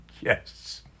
Yes